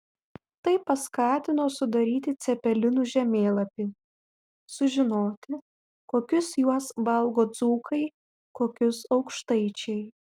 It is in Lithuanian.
tai paskatino sudaryti cepelinų žemėlapį sužinoti kokius juos valgo dzūkai kokius aukštaičiai